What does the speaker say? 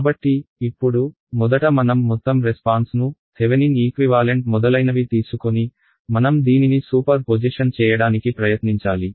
కాబట్టి ఇప్పుడు మొదట మనం మొత్తం రెస్పాన్స్ ను థెవెనిన్ ఈక్వివాలెంట్ మొదలైనవి తీసుకొని మనం దీనిని సూపర్ పొజిషన్ చేయడానికి ప్రయత్నించాలి